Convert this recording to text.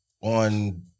on